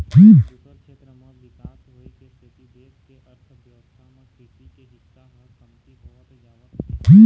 दूसर छेत्र म बिकास होए के सेती देश के अर्थबेवस्था म कृषि के हिस्सा ह कमती होवत जावत हे